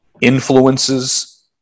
Influences